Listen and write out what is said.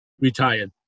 retired